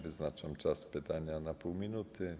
Wyznaczam czas pytania na pół minuty.